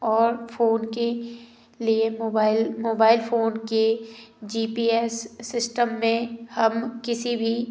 और फोन के लिए मोबाइल मोबाइल फोन के जी पी एस सिस्टम में हम किसी भी